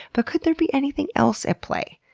but could there be anything else at play?